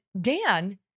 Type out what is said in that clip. Dan